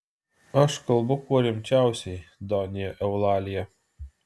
aš kalbu kuo rimčiausiai donja eulalija